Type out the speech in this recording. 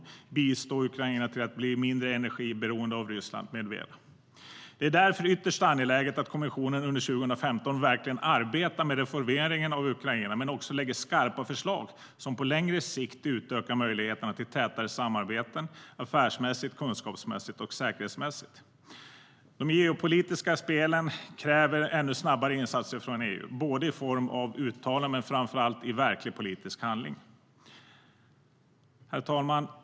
Vi behöver bistå Ukraina i att bli mindre energiberoende av Ryssland med mera. Herr talman!